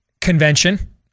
convention